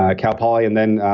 ah cal poly. and then,